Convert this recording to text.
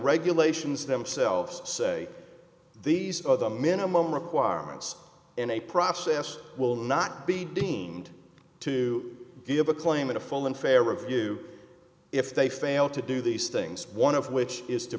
regulations themselves say these are the minimum requirements in a process will not be deemed to have a claim of a full and fair review if they fail to do these things one of which is to